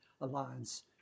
alliance